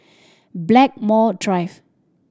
Blackmore Drive